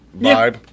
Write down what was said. vibe